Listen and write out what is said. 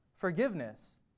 forgiveness